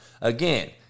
Again